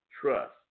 trust